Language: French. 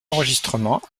enregistrements